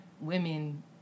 women